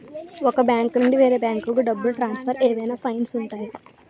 ఒక బ్యాంకు నుండి వేరే బ్యాంకుకు డబ్బును ట్రాన్సఫర్ ఏవైనా ఫైన్స్ ఉంటాయా?